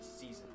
season